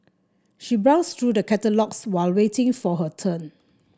she browsed through the catalogues while waiting for her turn